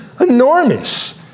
enormous